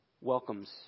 Welcomes